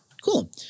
Cool